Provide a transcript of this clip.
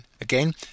Again